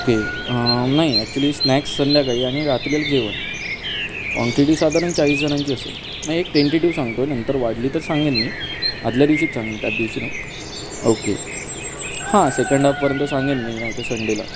okay नाही actually snacks संध्याकाळी आणि रात्रीला जेवण क्वांटिटी साधारण चाळीस जणांची असेल म्हणजे एक टेंटेटिव सांगतो नंतर वाढली तर सांगेन मी आदल्या दिवशीच सांगेन त्याच दिवशी नाही ओके हां सेकंड हाफपर्यंत सांगेन मी नाही तर संडेला